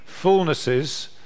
fullnesses